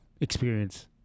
experience